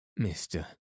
Mr